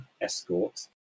Escort